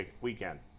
weekend